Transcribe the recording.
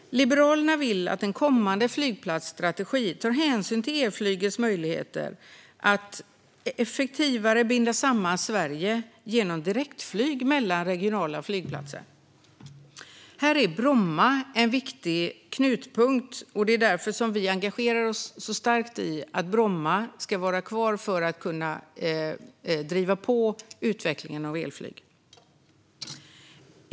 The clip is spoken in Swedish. Liberalerna vill att en kommande flygplatsstrategi tar hänsyn till elflygets möjligheter att effektivare binda samman Sverige genom direktflyg mellan regionala flygplatser. Här är Bromma flygplats en viktig knutpunkt. Det är därför vi engagerar oss starkt i att Bromma flygplats ska vara kvar: för att kunna driva på utvecklingen av elflyg.